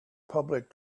public